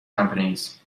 companies